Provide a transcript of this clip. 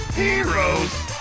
heroes